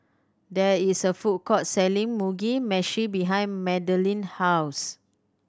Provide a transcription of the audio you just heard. there is a food court selling Mugi Meshi behind Madilynn house